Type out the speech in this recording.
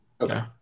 Okay